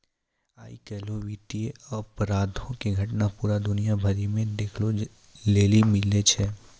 आइ काल्हि वित्तीय अपराधो के घटना पूरा दुनिया भरि मे देखै लेली मिलै छै